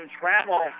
travel